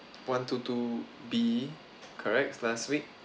one two two B correct it's last week